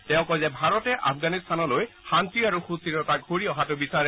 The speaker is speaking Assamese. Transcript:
তেওঁ কয় যে ভাৰতে আফগানিস্তানলৈ শান্তি আৰু সুস্থিৰতা ঘূৰি অহাটো বিচাৰে